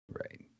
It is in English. Right